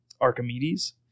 Archimedes